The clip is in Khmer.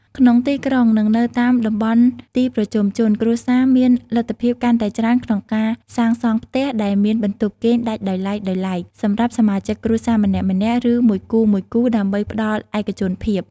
ក្នុងទីក្រុង និងនៅតាមតំបន់ទីប្រជុំជន គ្រួសារមានលទ្ធភាពកាន់តែច្រើនក្នុងការសាងសង់ផ្ទះដែលមាន បន្ទប់គេងដាច់ដោយឡែកៗ សម្រាប់សមាជិកគ្រួសារម្នាក់ៗ ឬមួយគូៗ ដើម្បីផ្តល់ឯកជនភាព។។